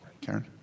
Karen